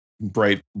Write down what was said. bright